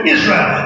Israel